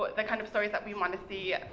but the kind of stories that we wanna see,